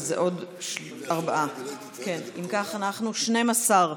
אם כך, אנחנו 12,